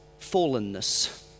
fallenness